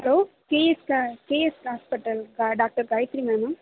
hello KS க KS hospital கா doctor Kalaiselvi மேடமா